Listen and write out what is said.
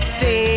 day